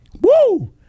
woo